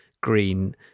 green